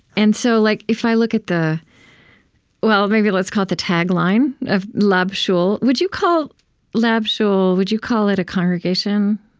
and so like if i look at the well, maybe let's call it the tagline of lab shul would you call lab shul, would you call it a congregation,